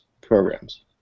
programs